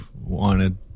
wanted